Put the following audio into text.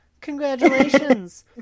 Congratulations